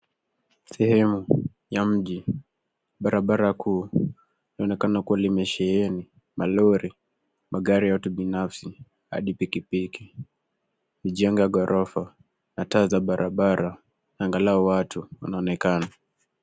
Sehemu ya mji, barabara kuu inaonekana kuwa lina sheheni, malori magari ya kibinafsi hadi pikipiki, mijengo ya ghorofa hata za barabara, angalau watu wanaonekana.